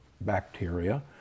bacteria